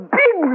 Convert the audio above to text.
big